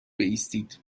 بایستید